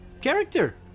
character